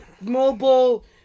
mobile